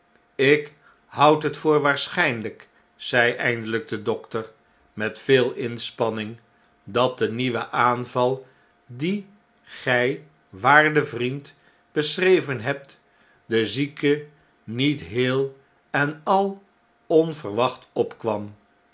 ik houd het voor waarschy'nljjk zei eindelijk de dokter met veel inspanning dat de nieuwe aanvahdien gy waarde vriend beschreven hebtmlen zieke niet heel en al onverwacht opkwatja